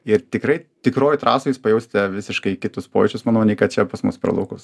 ir tikrai tikroj trasoj jūs pajausite visiškai kitus pojūčius manau nei kad čia pas mus per laukus